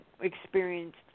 experienced